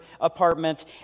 apartment